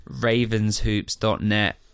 ravenshoops.net